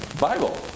Bible